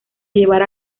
llevar